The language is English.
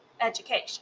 education